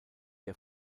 der